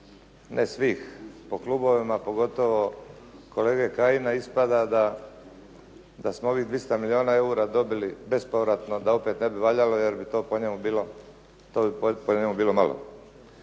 ne svih po klubovima, pogotovo kolege Kajina ispada da smo ovih 200 milijuna eura dobili bespovratno da to ne bi valjalo jer bi to po njemu bilo malo.